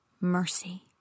mercy